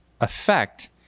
effect